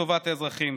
לטובת האזרחים,